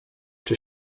czy